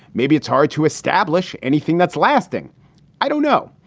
maybe it's hard to establish anything that's lasting i don't know.